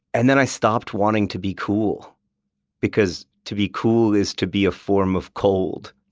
and then i stopped wanting to be cool because to be cool is to be a form of cold.